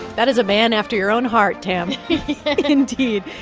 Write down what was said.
that is a man after your own heart, tam indeed.